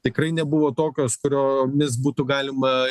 tikrai nebuvo tokios kuriomis būtų galima